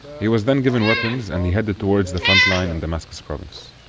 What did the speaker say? he was then given weapons, and he headed towards the front line in damascus province,